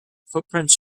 footprints